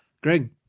Greg